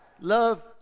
love